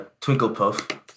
Twinklepuff